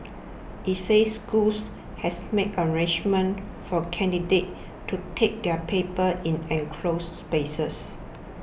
it said schools has made arrangements for candidates to take their papers in enclosed spaces